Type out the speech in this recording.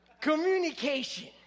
Communication